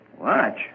Watch